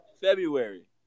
February